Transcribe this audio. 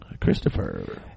Christopher